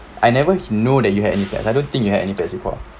I never know that you had any pets I don't think you had any pets before